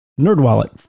NerdWallet